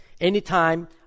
Anytime